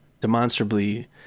demonstrably